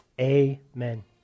amen